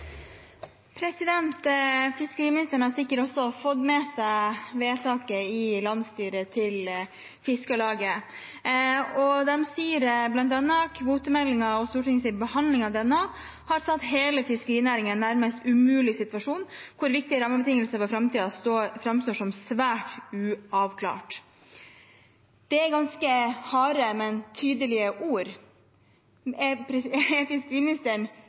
Fiskeriministeren har sikkert også fått med seg vedtaket i landsstyret til Fiskarlaget. De sier bl.a. at kvotemeldingen og Stortingets behandling av denne har satt hele fiskerinæringen i en nærmest umulig situasjon, der viktige rammebetingelser for framtiden framstår som svært uavklarte. Det er ganske harde, men tydelige ord. Er fiskeriministeren